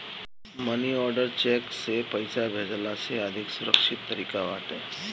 मनी order cheque से पईसा भेजला से अधिका सुरक्षित तरीका बाटे